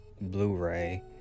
Blu-ray